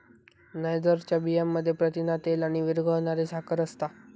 नायजरच्या बियांमध्ये प्रथिना, तेल आणि विरघळणारी साखर असता